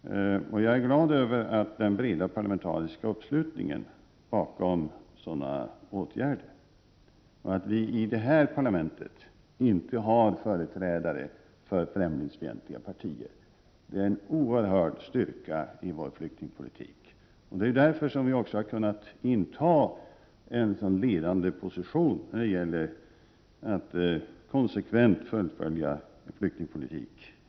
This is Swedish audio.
Jag är glad över den breda parlamentariska uppslutning som finns bakom sådana åtgärder och att vi i det här parlamentet inte har företrädare för främlingsfientliga partier. Det är en oerhörd styrka i vår flyktingpolitik. Det är också därför vi har kunnat inta en sådan ledande position i Europa när det gällt att konsekvent fullfölja en flyktingpolitik.